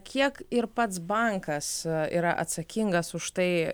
kiek ir pats bankas yra atsakingas už tai